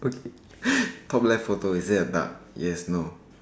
okay top left photo is there a duck yes no